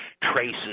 traces